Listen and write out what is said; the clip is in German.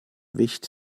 wicht